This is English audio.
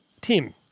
Tim